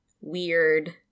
weird